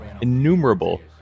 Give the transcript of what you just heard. innumerable